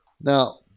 Now